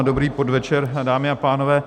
Dobrý podvečer, dámy a pánové.